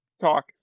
talk